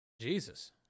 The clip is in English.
Jesus